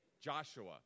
Joshua